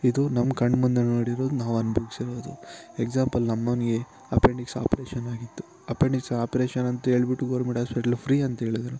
ಇದು ನಮ್ಮ ಕಣ್ಣು ಮುಂದೆ ನೋಡಿರೋದು ನಾವು ಅನುಭವ್ಸಿರೋದು ಎಗ್ಸಾಂಪಲ್ ನಮ್ಮವ್ನಿಗೆ ಅಪೆಂಡಿಕ್ಸ್ ಆಪ್ರೇಷನ್ ಆಗಿತ್ತು ಅಪೆಂಡಿಕ್ಸು ಆಪ್ರೇಷನ್ ಅಂತ ಹೇಳ್ಬಿಟ್ಟು ಗೋರ್ಮೆಂಟ್ ಆಸ್ಪೆಟ್ಲ್ ಫ್ರೀ ಅಂತ ಹೇಳಿದ್ರು